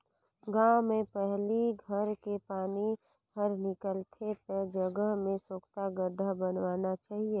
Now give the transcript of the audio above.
गांव में पहली घर के पानी हर निकल थे ते जगह में सोख्ता गड्ढ़ा बनवाना चाहिए